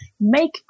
make